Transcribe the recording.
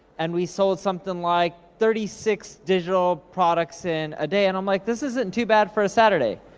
and we sold somethin' like thirty six digital products in a day, and i'm like, this isn't too bad for a saturday.